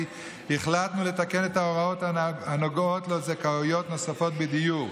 החלטנו לתקן את ההוראות הנוגעות לזכאויות נוספות בדיור,